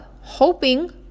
hoping